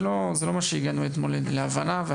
זה לא ההבנה שהגענו אליה אתמול,